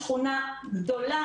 שכונה גדולה,